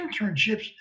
internships